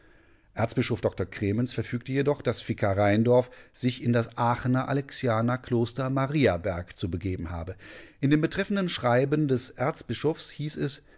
erzbischof dr krementz verfügte jedoch daß vikar rheindorf sich in das aachener alexianerkloster mariaberg zu begeben habe in dem betreffenden schreiben des erzbischofs hieß es